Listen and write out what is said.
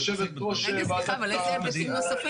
יושבת-ראש הוועדה לביטחון פנים,